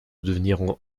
devenir